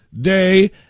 day